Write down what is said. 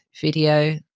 video